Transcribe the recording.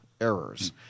errors